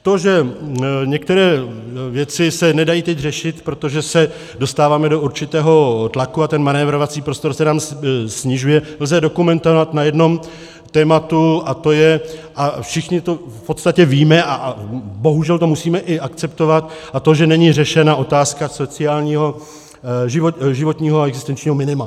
To, že některé věci se nedají teď řešit, protože se dostáváme do určitého tlaku a ten manévrovací prostor se nám snižuje, lze dokumentovat na jednom tématu, a to je, a všichni to v podstatě víme a bohužel to musíme i akceptovat, to, že není řešena otázka životního a existenčního minima.